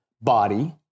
body